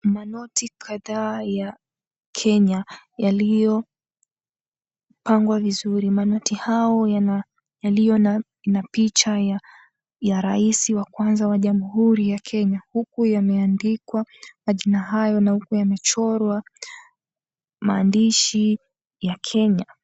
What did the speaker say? Manoti kadhaa ya Kenya yaliyopangwa vizuri. Manoti hao yaliyo na picha ya raisi wa kwanza wa Jamhuri ya Kenya huku yameandikwa majina hayo na huku yamechorwa maandishi ya Kenya.